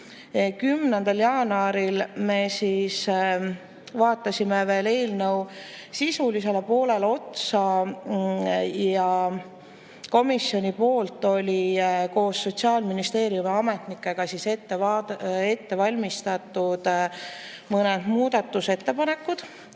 10. jaanuaril me vaatasime veel eelnõu sisulisele poolele otsa ja komisjon oli koos Sotsiaalministeeriumi ametnikega ette valmistanud mõned muudatusettepanekud.